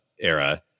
era